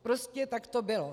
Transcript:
Prostě tak to bylo.